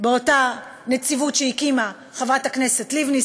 באותה נציבות שהקימה חברת הכנסת לבני,